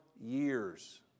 years